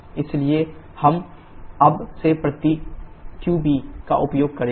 इसलिए हम अब से प्रतीक qBका उपयोग करेंगे